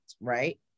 right